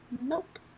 Nope